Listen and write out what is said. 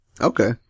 okay